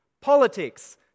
Politics